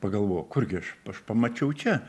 pagavok kurgi aš aš pamačiau čia